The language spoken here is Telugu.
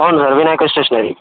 అవును వినాయక స్టేషనరీ